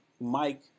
Mike